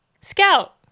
Scout